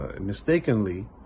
mistakenly